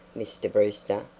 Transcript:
mr. brewster,